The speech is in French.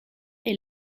est